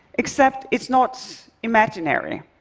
except, it's not imaginary.